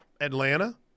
Atlanta